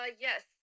yes